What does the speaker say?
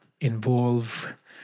involve